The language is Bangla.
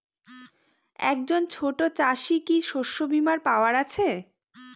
একজন ছোট চাষি কি শস্যবিমার পাওয়ার আছে?